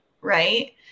right